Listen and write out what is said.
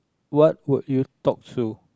what would you talk to